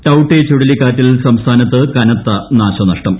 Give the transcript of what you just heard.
ടൌട്ടെ ചുഴലിക്കാറ്റിൽ സംസ്ഥാനത്തു് കനത്ത നാശനഷ്ടം